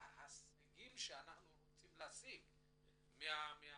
ההישגים שאנחנו רוצים להשיג מהממשלה,